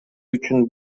үчүн